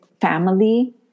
family